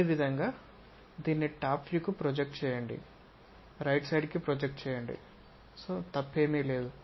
అదేవిధంగా దీన్ని టాప్ వ్యూకు ప్రొజెక్ట్ చేయండి రైట్ సైడ్ కి ప్రొజెక్ట్ చేయండి తప్పేమి లేదు